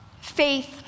faith